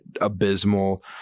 abysmal